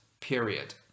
period